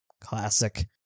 Classic